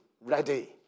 ready